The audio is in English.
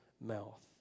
mouth